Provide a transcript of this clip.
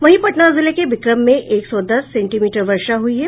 वहीं पटना जिले के बिक्रम में एक सौ दस सेंटीमीटर वर्षा हुई है